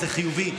זה חיובי,